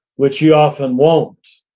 which he often won't,